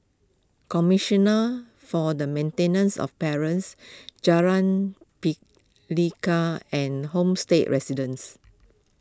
Commissioner for the Maintenance of Parents Jalan Pelikat and Homestay Residences